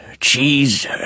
cheese